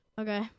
Okay